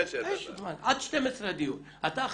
שי.